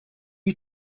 you